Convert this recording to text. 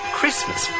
Christmas